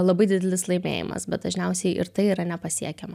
labai didelis laimėjimas bet dažniausiai ir tai yra nepasiekiama